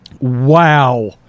Wow